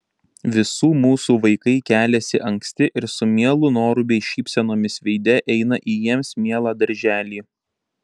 visų mūsų vaikai keliasi anksti ir su mielu noru bei šypsenomis veide eina į jiems mielą darželį